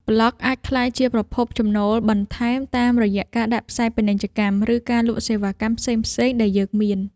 ប្លក់អាចក្លាយជាប្រភពចំណូលបន្ថែមតាមរយៈការដាក់ផ្សាយពាណិជ្ជកម្ម ឬការលក់សេវាកម្មផ្សេងៗដែលយើងមាន។